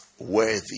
Worthy